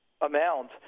amount